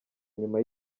nyuma